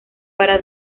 para